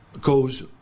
goes